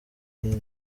king